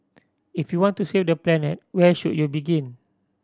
if you want to save the planet where should you begin